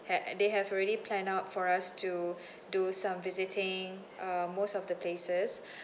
had they have already planned out for us to do some visiting um most of the places